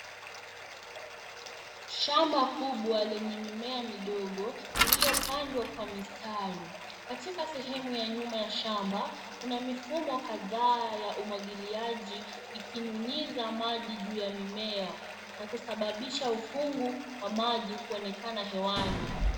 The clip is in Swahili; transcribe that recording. Shamba kubwa lenye mimea midogo iliyopandwa kwa mistari. Katika sehemu ya nyuma ya shamba kuna mifumo kadhaa ya umwagiliaji ikinyunyiza maji juu ya mimea na kusababisha ukungu wa maji kuonekana hewani.